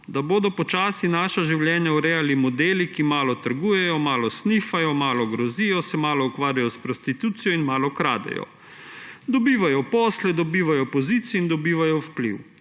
Da bodo počasi naša življenja urejali modeli, ki malo trgujejo, malo snifajo, malo grozijo, se malo ukvarjajo s prostitucijo in malo kradejo. Dobivajo posle, dobivajo pozicije in dobivajo vpliv,